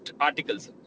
articles